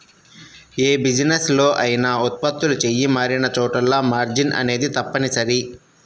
యే బిజినెస్ లో అయినా ఉత్పత్తులు చెయ్యి మారినచోటల్లా మార్జిన్ అనేది తప్పనిసరి